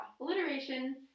Alliteration